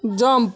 jump